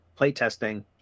playtesting